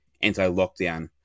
anti-lockdown